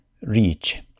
reach